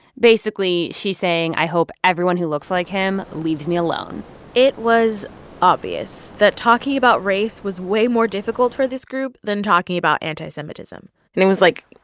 basically she's saying, i hope everyone who looks like him leaves me alone it was obvious that talking about race was way more difficult for this group than talking about anti-semitism and it was, like,